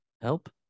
help